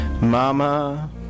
Mama